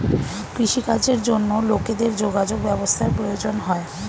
কৃষি কাজের জন্য লোকেদের যোগাযোগ ব্যবস্থার প্রয়োজন হয়